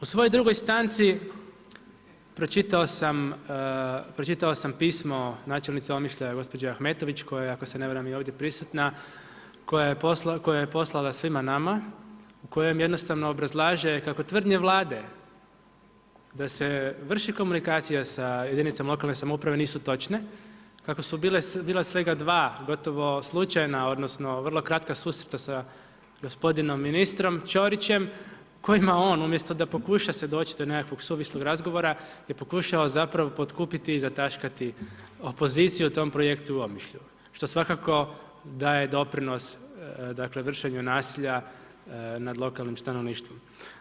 U svojoj drugoj stanci pročitao sam pismo načelnice Omišlja gospođe Ahmetović, koja ako se ne varam i ovdje prisutna, koja je poslala svima nama, u kojem jednostavno obrazlaže kako tvrdnje Vlade da se vrši komunikacija sa jedinicom lokalne samouprave nisu točne, kako su bila svega 2 gotovo slučajna odnosno vrlo kratka susreta sa gospodinom ministrom Ćorićem u kojima on umjesto da pokuša se doći do nekakvog suvislog razgovora je pokušao zapravo potkupiti i zataškati opoziciju u tom projektu u Omišlju, što svakako daje doprinos vršenju nasilja nad lokalnim stanovništvom.